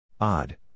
Odd